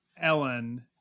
Ellen